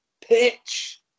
pitch